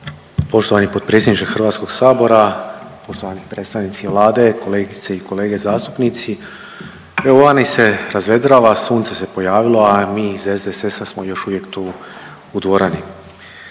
Poštovani potpredsjedniče Hrvatskog sabora, poštovani predstavnici Vlade, kolegice i kolege zastupnici, evo vani se razvedrava, sunce se pojavilo, a mi iz SDSS-a smo još uvijek tu u dvorani.